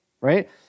right